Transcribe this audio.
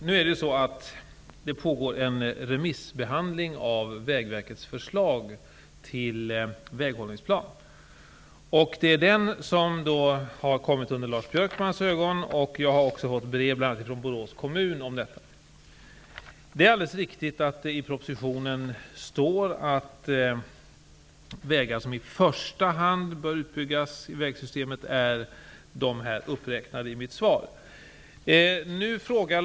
Fru talman! Det pågår en remissbehandling av Vägverkets förslag till väghållningsplan. Det är det förslaget som har kommit under Lars Björkmans ögon. Jag har också fått brev, bl.a. från Borås kommun, om detta. Det är alldeles riktigt att det står i propositionen att de vägar som jag räknade upp i mitt svar är de som bör byggas ut i första hand.